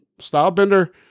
Stylebender